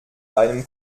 deinem